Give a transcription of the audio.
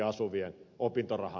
arvoisa puhemies